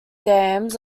dams